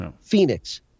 Phoenix